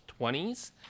20s